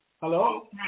Hello